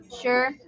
sure